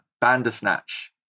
Bandersnatch